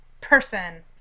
person